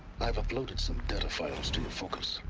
i've uploaded some data files to your focus